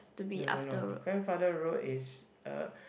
no no no grandfather road is a